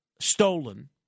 stolen